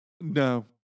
No